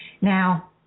Now